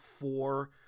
four